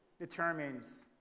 determines